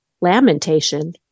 lamentation